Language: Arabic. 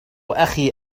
أخي